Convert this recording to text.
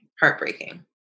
heartbreaking